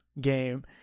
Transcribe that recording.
game